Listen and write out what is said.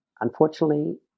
Unfortunately